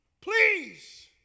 Please